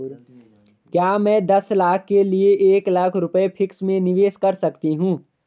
क्या मैं दस साल के लिए एक लाख रुपये फिक्स में निवेश कर सकती हूँ?